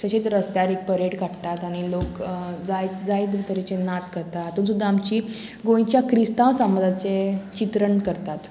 तशेंच रस्त्यार एक परेड काडटात आनी लोक जाय जाय तरेचे नाच करतात तातूंत सुद्दां आमची गोंयच्या क्रिस्तांव समाजाचें चित्रण करतात